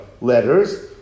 letters